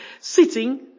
sitting